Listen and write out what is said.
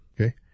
okay